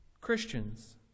Christians